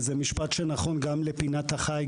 וזה משפט שנכון גם לפינת החי,